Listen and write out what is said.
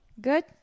Good